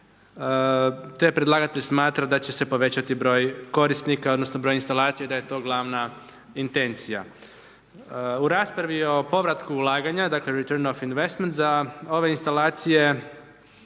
te predlagatelj smatra da će se povećati broj korisnika, odnosno, br. instalacija i da je to glavna intencija. U raspravi o povratku ulaganja dakle …/Govornik se ne razumije./… za ove instalacije,